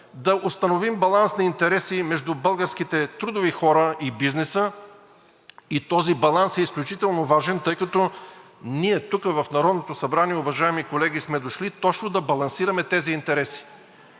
да установим баланс на интереси между българските трудови хора и бизнеса. Този баланс е изключително важен, тъй като ние тук, в Народното събрание, уважаеми колеги, сме дошли точно да балансираме тези интереси.